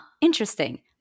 interesting